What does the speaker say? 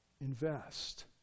invest